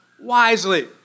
wisely